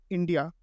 India